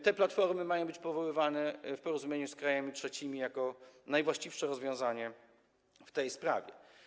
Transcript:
Te platformy mają być powoływane w porozumieniu z krajami trzecimi jako najwłaściwsze rozwiązanie w tej sprawie.